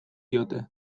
diote